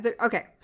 okay